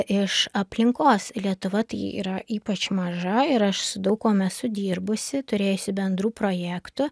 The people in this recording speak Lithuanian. iš aplinkos lietuva yra ypač maža ir aš su daug kuom esu dirbusi turėjusi bendrų projektų